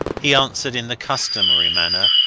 he answered in the customary manner.